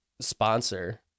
sponsor